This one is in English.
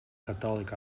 catholic